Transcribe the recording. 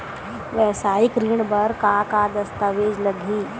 वेवसायिक ऋण बर का का दस्तावेज लगही?